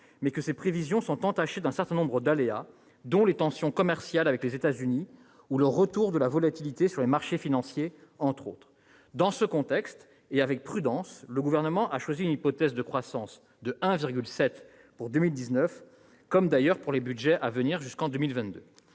ces prévisions sont entachées d'un certain nombre d'aléas, parmi lesquels les tensions commerciales avec les États-Unis et le retour de la volatilité sur les marchés financiers. Dans ce contexte, et non sans prudence, le Gouvernement a choisi une hypothèse de croissance de 1,7 % pour 2019, comme, d'ailleurs, pour les budgets à venir jusqu'en 2022.